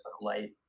light